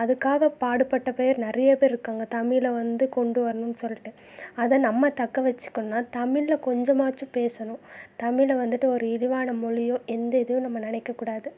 அதுக்காக பாடுபட்ட பேர் நிறைய பேர் இருக்காங்கள் தமிழை வந்து கொண்டு வரணும்னு சொல்லிட்டு அதை நம்ம தக்க வச்சிக்கணுன்னா தமிழ்ல கொஞ்சமாச்சும் பேசணும் தமிழை வந்துட்டு ஒரு இழிவா மொழியோ எந்த இதையும் நம்ம நினக்க கூடாது